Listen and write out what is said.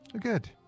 Good